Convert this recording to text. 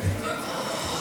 בבקשה.